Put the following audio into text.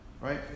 right